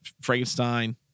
Frankenstein